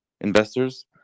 investors